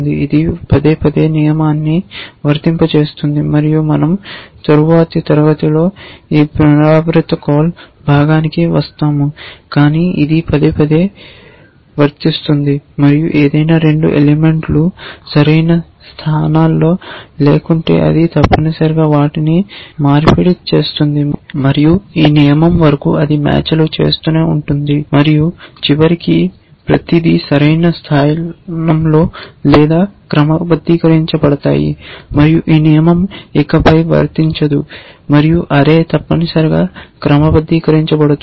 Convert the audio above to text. ఇది పదేపదే నియమాన్ని వర్తింపజేస్తుంది మరియు మనం తరువాతి తరగతిలో ఈ పునరావృత భాగానికి వస్తాము కానీ ఇది పదేపదే వర్తిస్తుంది మరియు ఏదైనా 2 ఎలిమెంట్లు సరైన స్థానాల్లో లేకుంటే అది తప్పనిసరిగా వాటిని మార్పిడి చేస్తుంది మరియు ఈ నియమం వరకు అది మ్యాచ్లు చేస్తూనే ఉంటుంది మరియు చివరికి ప్రతిదీ సరైన స్థలంలో లేదా క్రమబద్ధీకరించబడతాయి మరియు ఈ నియమం ఇకపై వర్తించదు మరియు అర్రే తప్పనిసరిగా క్రమబద్ధీకరించబడుతుంది